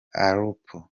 aleppo